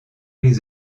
les